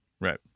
Right